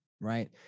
Right